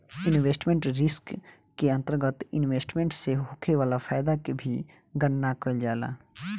investment risk के अंतरगत investment से होखे वाला फायदा के भी गनना कईल जाला